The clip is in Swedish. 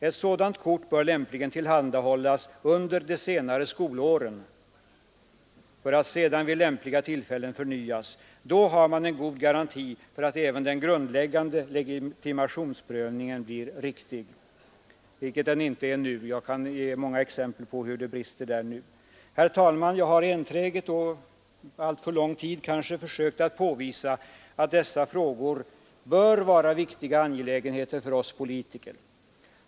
Ett sådant kort bör lämpligen tillhandahållas under de senare skolåren för att sedan vid lämpliga tillfällen förnyas. Då har man en garanti för att även den grundläggande legitimationsprövningen blir riktig, vilket den inte är nu. Jag kan ge många exempel på hur det brister för närvarande. Herr talman! Jag har enträget och kanske under alltför lång tid försökt att påvisa att dessa frågor bör vara viktiga angelägenheter för oss politiker.